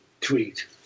Tweet